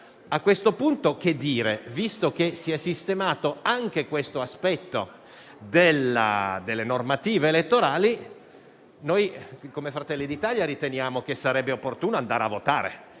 A questo punto, che dire? Visto che si è sistemato anche l'aspetto delle normative elettorali, come Fratelli d'Italia riteniamo opportuno andare a votare